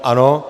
Ano.